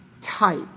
type